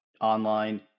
online